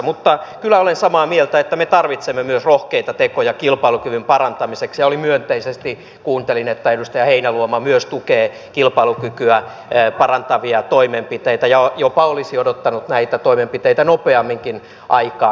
mutta kyllä olen samaa mieltä että me tarvitsemme myös rohkeita tekoja kilpailukyvyn parantamiseksi ja myönteisesti kuuntelin että myös edustaja heinäluoma tukee kilpailukykyä parantavia toimenpiteitä ja jopa olisi odottanut näitä toimenpiteitä nopeamminkin aikaan